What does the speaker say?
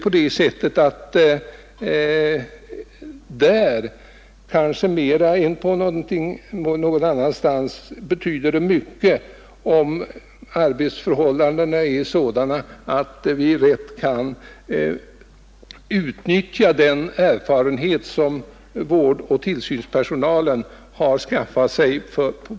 På detta område mera än på något annat område betyder det mycket om arbetsförhållandena är sådana att vi rätt kan utnyttja den erfarenhet som vårdoch tillsynspersonalen har skaffat sig.